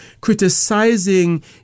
Criticizing